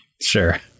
sure